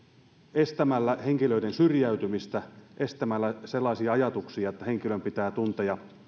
estämällä henkilöiden syrjäytymistä estämällä sellaisia ajatuksia että henkilön pitää tuntea